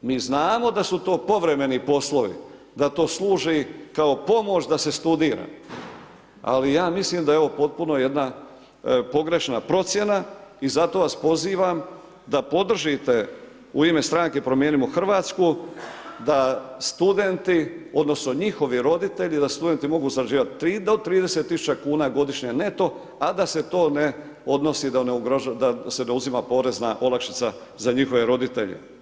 Mi znamo da su to povremeni poslovi da to služi kao pomoć da se studira, ali ja mislim da je ovo potpuno jedna pogrešna procjena i zato vas pozivam da podržite u ime stranke Promijenimo Hrvatsku da studenti odnosno njihovi roditelji, da studenti mogu zarađivati do 30.000 kuna godišnje neto a da se to ne odnosi da ne ugrožava, da se ne uzima porezna olakšica za njihove roditelje.